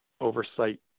oversight